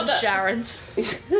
Sharon's